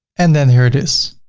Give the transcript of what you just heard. and then here it is.